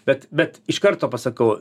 bet bet iš karto pasakau